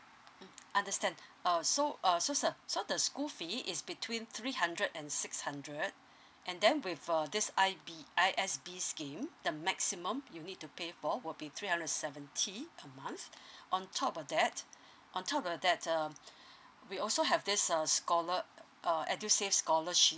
mm understand err so uh so sir so the school fee is between three hundred and six hundred and then with uh this I_B I_S_B scheme the maximum you need to pay for will be three hundred and seventy a month on top of that on top of that um we also have this uh scholar uh edusave scholarship